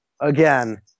Again